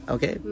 Okay